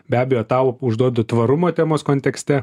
be abejo tau užduodu tvarumo temos kontekste